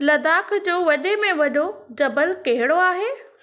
लद्दाख जो वॾे में वॾो जबलु कहिड़ो आहे